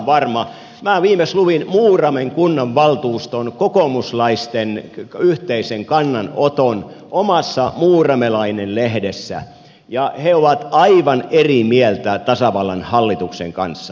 minä viimeksi luin muuramen kunnanvaltuuston kokoomuslaisten yhteisen kannanoton omassa muuramelainen lehdessä ja he ovat aivan eri mieltä tasavallan hallituksen kanssa